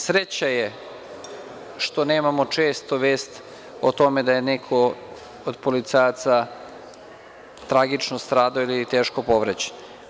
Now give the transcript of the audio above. Sreća je što nemamo često vest o tome da je neko od policajaca tragično stradao ili je teško povređen.